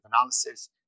analysis